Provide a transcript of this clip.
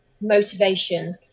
motivation